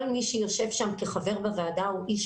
כל מי שיושב שם כחבר בוועדה הוא איש